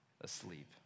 asleep